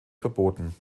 verboten